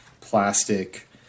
plastic